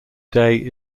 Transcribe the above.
day